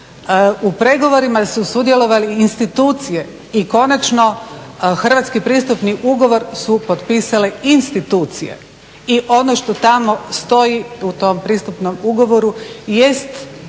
U pregovorima su sudjelovale institucije i konačno hrvatski pristupni ugovor su potpisale institucije. I ono što tamo stoji u tom pristupnom ugovoru jest